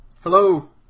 Hello